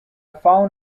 found